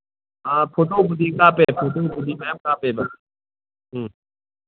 ꯑ ꯐꯣꯇꯣꯕꯨꯗꯤ ꯀꯥꯞꯄꯦ ꯐꯣꯇꯣꯕꯨꯗꯤ ꯃꯌꯥꯝ ꯀꯥꯞꯄꯦꯕ ꯎꯝ